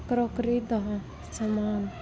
crockery ਦਾ ਸਮਾਨ